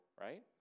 right